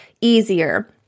easier